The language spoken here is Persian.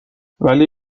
ولی